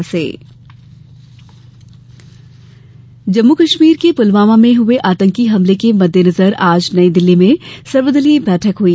सर्वदलीय बैठक जम्मू कश्मीर के पुलवामा में हए आतंकी हमले के मद्देनजर आज नई दिल्ली में सर्वदलीय बैठक हुई